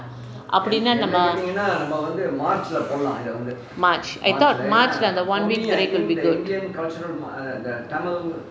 அப்படின்னா நம்ம:appadinnaa namma march I though march இல்ல அந்த:illa antha one week will be good